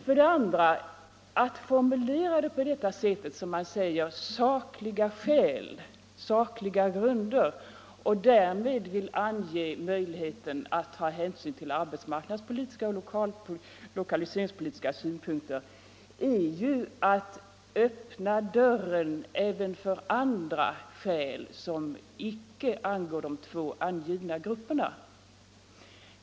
För det andra: När man formulerar på detta sätt, när man säger ”sakliga grunder” och därmed vill ange möjligheten att ta hänsyn till arbetsmarknadspolitiska och lokaliseringspolitiska synpunkter, innebär ju det att man öppnar dörren även för andra skäl än de två angivna.